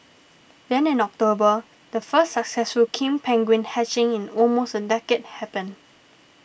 then in October the first successful king penguin hatching in almost a decade happened